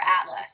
atlas